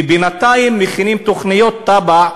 ובינתיים מכינים תב"עות,